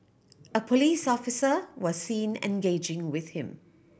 a police officer was seen engaging with him